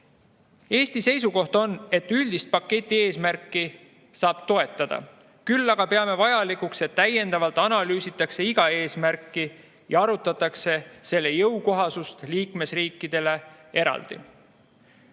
Eesti seisukoht on, et üldist paketi eesmärki saab toetada, küll aga peame vajalikuks, et täiendavalt analüüsitakse iga eesmärki ja arutatakse selle jõukohasust liikmesriikidele eraldi.